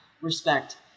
respect